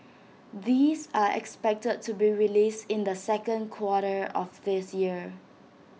these are expected to be released in the second quarter of this year